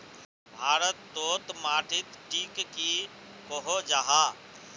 भारत तोत माटित टिक की कोहो जाहा?